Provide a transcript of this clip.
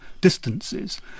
distances